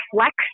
Flex